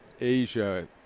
Asia